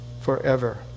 forever